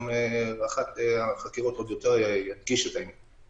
ונציג החקירות ידגיש את העניין עוד יותר.